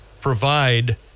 provide